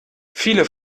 viele